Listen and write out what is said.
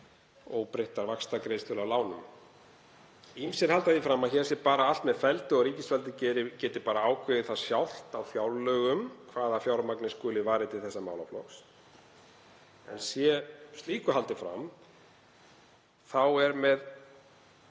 óbreyttar vaxtagreiðslur af lánum? Ýmsir halda því fram að hér sé bara allt með felldu og ríkisvaldið geti bara ákveðið það sjálft á fjárlögum hvaða fjármagni skuli varið til þessa málaflokks en sé slíku haldið fram þá má